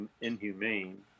inhumane